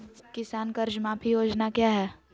किसान कर्ज माफी योजना क्या है?